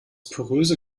poröse